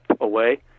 away